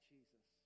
Jesus